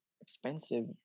expensive